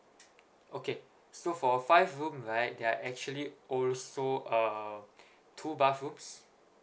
okay so for five room right there are actually also uh two bathrooms